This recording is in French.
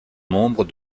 membre